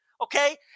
Okay